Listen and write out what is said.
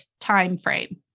timeframe